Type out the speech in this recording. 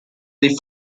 dei